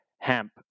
hemp